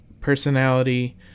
personality